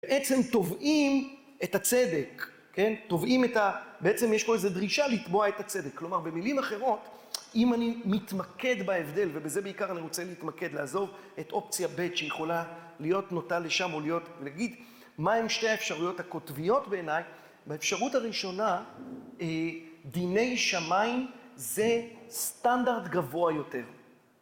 בעצם תובעים את הצדק, כן? תובעים את ה... בעצם יש פה איזו דרישה לתבוע את הצדק. כלומר, במילים אחרות, אם אני מתמקד בהבדל, ובזה בעיקר אני רוצה להתמקד, לעזוב את אופציה ב' שיכולה להיות נוטה לשם, או להיות... להגיד, מה הם שתי האפשרויות הקוטביות בעיניי? באפשרות הראשונה, דיני שמיים זה סטנדרט גבוה יותר.